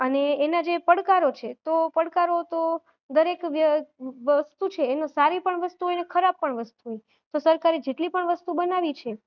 અને એના જે પડકારો છે તો પડકારો તો દરેક વ્ય વસ્તુ છે એનું સારી પણ વસ્તુ હોય ને ખરાબ પણ વસ્તુ હોય તો સરકારે જેટલી પણ વસ્તુ બનાવી છે